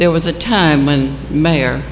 there was a time when mayor